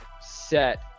set